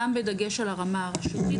גם בדגש על הרמה הרישומית,